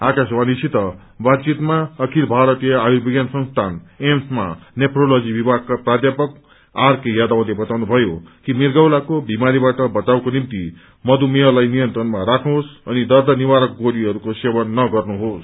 आकाशवाणीसित बातचितमा अखिल भारतीय आयुर्विज्ञान संस्थान एम्समा नेफ्रोलजी विभागका प्रध्यापक आर के यादवले बताउनुभयो कि मिर्गौलाको बिमारीबाट बचावको निम्ति मधुमेहलाई नियन्त्रणमा राख्नुहोस अनि दर्द निवारक गोलीहरूको सेवन नगर्नुहोस